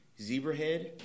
Zebrahead